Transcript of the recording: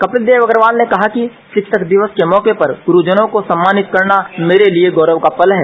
कपिलदेव अग्रवाल ने कहा कि रिक्षक दिवस के मौके पर गुरूजनों को सम्मानित करना मेरे लिए गौरव का पल है